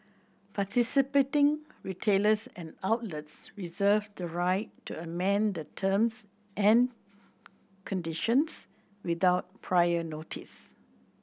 participating retailers and outlets reserve the right to amend the terms and conditions without prior notice